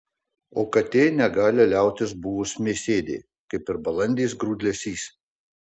o katė negali liautis buvus mėsėdė kaip ir balandis grūdlesys